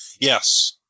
Yes